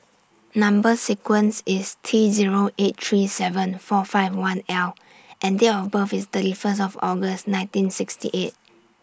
Number sequence IS T Zero eight three seven four five one L and Date of birth IS thirty First of August nineteen sixty eight